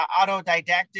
autodidactic